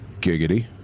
Giggity